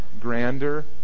grander